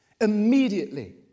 Immediately